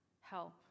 help